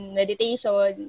meditation